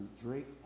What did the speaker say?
Drake